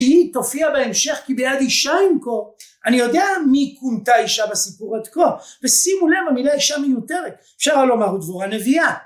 והיא תופיע בהמשך כי ביד אישה ימכור אני יודע מי כונתה אישה בסיפור עד כה ושימו לב למה המילה אישה מיותרת אפשר לומר היא דבורה הנביאה